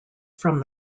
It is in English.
from